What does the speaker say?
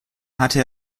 hatte